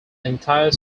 entire